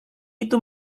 itu